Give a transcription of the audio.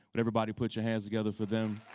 but everybody put your hands together for them.